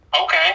Okay